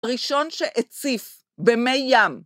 ראשון שהציף במי ים.